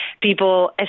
people